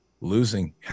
losing